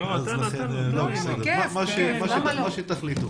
מה שתחליטו.